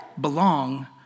belong